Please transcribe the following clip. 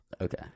Okay